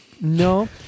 No